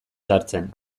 sartzen